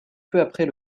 après